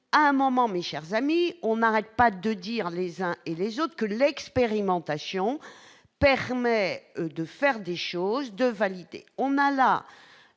prochaine. Mes chers amis, nous n'arrêtons pas de dire les uns et les autres que l'expérimentation permet de faire des choses, de valider.